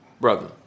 brother